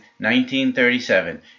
1937